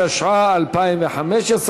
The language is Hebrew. התשע"ה 2015,